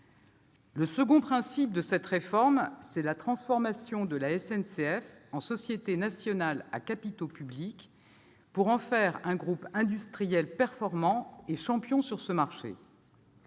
Le second principe de cette réforme est la transformation de la SNCF en société nationale à capitaux publics, pour en faire un groupe industriel performant et un champion sur ce marché.